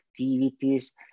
activities